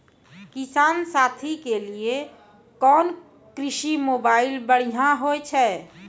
किसान साथी के लिए कोन कृषि मोबाइल बढ़िया होय छै?